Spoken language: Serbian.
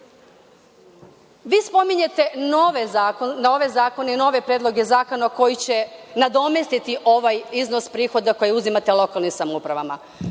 spominjete nove zakone, nove predloge zakona koji će nadomestiti ovaj iznos prihoda koji uzimate lokalnim samoupravama,